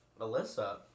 Alyssa